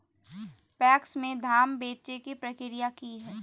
PACS में धाम बेचे के प्रक्रिया की हय?